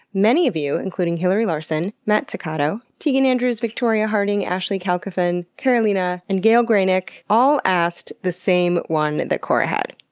many of you, including hilary larson, matt ceccato, teagen andrews, victoria harding, ashley kalkofen, karolina, and gaelle gralnek all asked the same one that cora had.